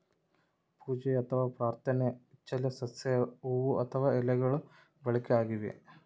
ಪೂಜೆ ಅಥವಾ ಪ್ರಾರ್ಥನೆ ಇಚ್ಚೆಲೆ ಸಸ್ಯ ಹೂವು ಅಥವಾ ಎಲೆಗಳು ಬಳಕೆಯಾಗಿವೆ